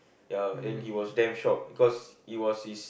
ya and he was damn shocked because he was his